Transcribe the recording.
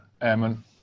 airman